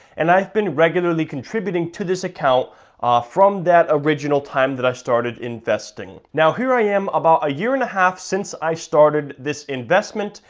and i've been regularly contributing to this account from that original time that i started investing. now, here i am about a year and a half since i started this investment,